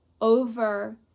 over